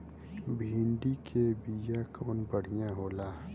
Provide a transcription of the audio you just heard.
भिंडी के बिया कवन बढ़ियां होला?